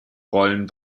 rollen